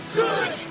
good